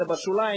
זה בשוליים,